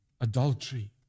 adultery